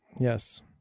Yes